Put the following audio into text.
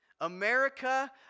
America